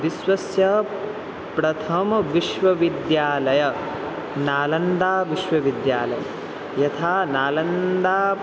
विश्वस्य प्रथमविश्वविद्यालयः नालन्दाविश्वविद्यालयः यथा नालन्दा